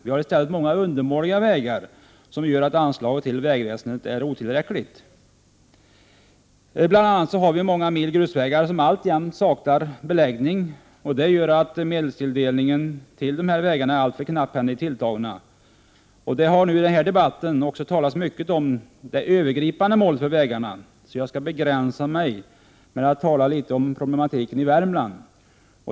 Vi har i stället många undermåliga vägar, vilket gör att anslaget till vägväsendet är otillräckligt. Vi har bl.a. många mil grusvägar som alltjämt saknar beläggning. Medelstilldelningen för dessa vägar är alltför knapphändigt tilltagen. Det har i den här debatten talats mycket om det övergripande målet för vägarna. Jag skall begränsa mig till att tala litet om problematiken i Värmland.